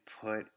put